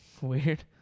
Weird